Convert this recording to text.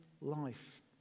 life